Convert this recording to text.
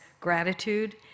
gratitude